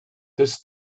this